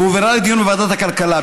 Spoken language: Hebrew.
והועברה לדיון בוועדת הכלכלה.